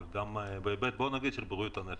אלא בהיבט של בריאות הנפש.